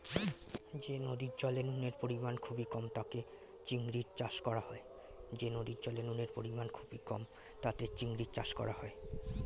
যে নদীর জলে নুনের পরিমাণ খুবই কম তাতে চিংড়ির চাষ করা হয়